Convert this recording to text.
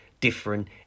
different